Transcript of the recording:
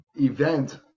event